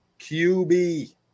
QB